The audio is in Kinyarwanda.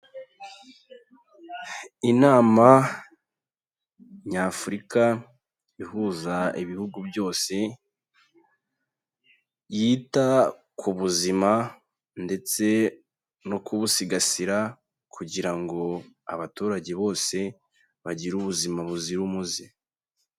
Inama Nyafurika ihuza ibihugu byose, yita ku buzima ndetse no kubusigasira, kugira ngo abaturage bose bagire ubuzima buzira umuze.